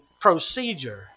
Procedure